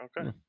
okay